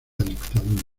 dictadura